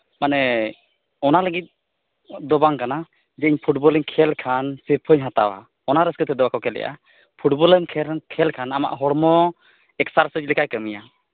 ᱢᱟᱱᱮ ᱚᱱᱟ ᱞᱟᱹᱜᱤᱫ ᱫᱚ ᱵᱟᱝ ᱠᱟᱱᱟ ᱡᱮ ᱤᱧ ᱯᱷᱩᱴᱵᱚᱞᱤᱧ ᱠᱷᱮᱹᱞ ᱠᱷᱟᱱ ᱥᱤᱨᱯᱟᱹᱧ ᱦᱟᱛᱟᱣᱟ ᱚᱱᱟ ᱨᱟᱹᱥᱠᱟᱹ ᱛᱮᱫᱚ ᱵᱟᱠᱚ ᱠᱷᱮᱹᱞᱮᱜᱼᱟ ᱯᱷᱩᱴᱵᱚᱞᱮᱢ ᱠᱷᱮᱹᱞ ᱠᱷᱟᱱ ᱟᱢᱟᱜ ᱦᱚᱲᱢᱚ ᱮᱠᱥᱟᱨᱥᱟᱭᱤᱡᱽ ᱞᱮᱠᱟᱭ ᱠᱟᱹᱢᱤᱭᱟ